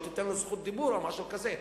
לא תיתן לו זכות דיבור או משהו כזה,